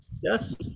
Yes